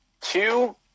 two